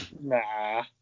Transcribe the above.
Nah